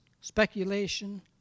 speculation